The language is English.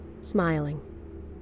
smiling